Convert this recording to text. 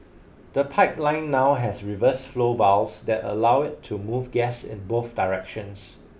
the pipeline now has reverse flow valves that allow it to move gas in both directions